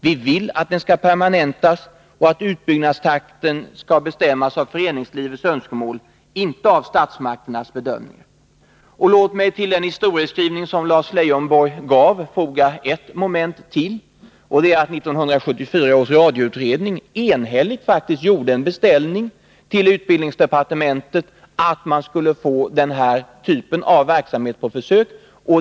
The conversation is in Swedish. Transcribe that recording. Vi vill att den skall permanentas och att utbyggnadstakten skall bestämmas av föreningslivets önskemål — inte av statsmakternas bedömningar. Låt mig till den historieskrivning som Lars Leijonborg gav foga ett moment till. Det är att 1974 års radioutredning, faktiskt enhälligt, gjorde en beställning till regeringen om att man skulle få denna typ av verksamhet på försök.